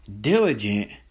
diligent